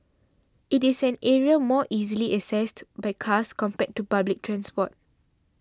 it is an area more easily accessed by cars compared to public transport